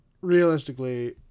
realistically